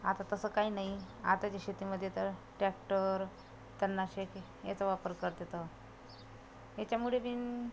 आता तसं काही नाही आताच्या शेतीमध्ये तर टॅक्टर त्यांना शेती याचा वापर करतात याच्यामुळे बिन